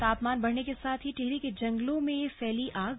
तापमान बढ़ने के साथ ही टिहरी के जंगलों में फैली आग